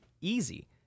easy